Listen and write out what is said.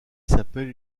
s’appelle